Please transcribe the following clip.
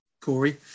Corey